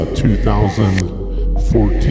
2014